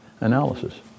analysis